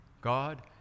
God